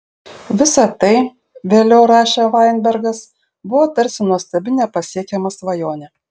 visa tai vėliau rašė vainbergas buvo tarsi nuostabi nepasiekiama svajonė